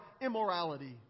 immorality